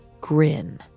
grin